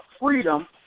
freedom